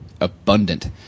abundant